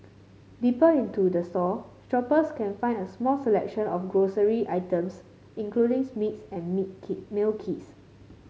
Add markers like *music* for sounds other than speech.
deeper into the store shoppers can find a small selection of grocery items including *unintelligible* meats and *unintelligible* meal kits